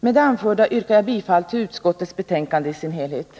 Med det anförda yrkar jag bifall till utskottets hemställan i samtliga punkter.